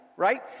right